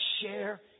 share